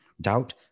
doubt